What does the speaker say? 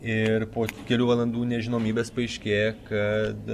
ir po kelių valandų nežinomybės paaiškėja kad